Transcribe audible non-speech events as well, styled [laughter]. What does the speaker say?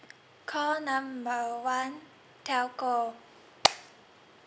call number one telco [noise]